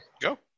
Go